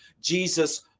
Jesus